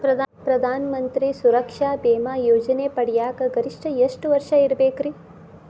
ಪ್ರಧಾನ ಮಂತ್ರಿ ಸುರಕ್ಷಾ ಭೇಮಾ ಯೋಜನೆ ಪಡಿಯಾಕ್ ಗರಿಷ್ಠ ಎಷ್ಟ ವರ್ಷ ಇರ್ಬೇಕ್ರಿ?